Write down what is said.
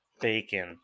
bacon